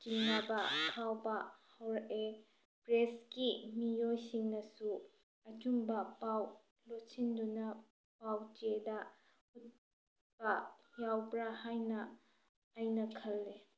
ꯆꯤꯡꯅꯕ ꯐꯥꯎꯕ ꯍꯧꯔꯛꯑꯦ ꯄ꯭ꯔꯦꯁꯀꯤ ꯃꯤꯑꯣꯏꯁꯤꯡꯅꯁꯨ ꯑꯆꯨꯝꯕ ꯄꯥꯎ ꯂꯣꯠꯁꯤꯟꯗꯨꯅ ꯄꯥꯎ ꯆꯦꯗ ꯎꯠꯄ ꯌꯥꯎꯕ꯭ꯔꯥ ꯍꯥꯏꯅ ꯑꯩꯅ ꯈꯜꯂꯦ